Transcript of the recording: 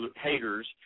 haters